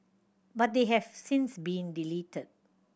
but they have since been deleted